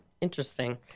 Interesting